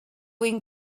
win